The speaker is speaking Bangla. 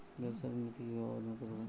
ব্যাবসা ঋণ নিতে কিভাবে আবেদন করব?